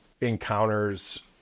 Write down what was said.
encounters